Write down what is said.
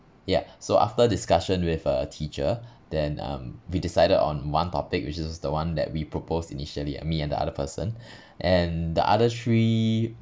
ya so after discussions with uh teacher then um we decided on one topic which is the one that we proposed initially me and the other person and the other three